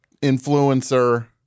influencer